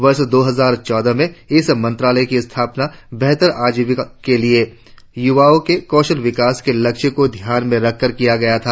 वर्ष दो हजार चौदह में इस मंत्रालय की स्थापना बेहतर आजीविका के लिए युवाओं के कौशल विकास के लक्ष्य को ध्यान में रखकर किया गया था